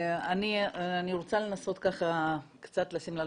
אני רוצה לנסות קצת לשים לנו